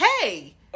hey